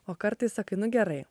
o kartais sakai nu gerai